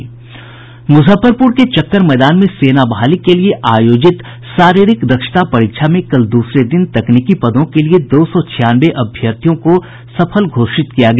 मूजफ्फरपूर के चक्कर मैदान में सेना बहाली के लिए आयोजित शारीरिक दक्षता परीक्षा में कल दूसरे दिन तकनीकी पदों के लिए दो सौ छियानवे अभ्यर्थियों को सफल घोषित किया गया